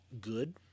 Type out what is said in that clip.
good